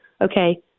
okay